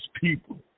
people